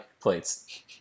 plates